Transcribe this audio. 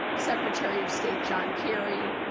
secretary of state john carey,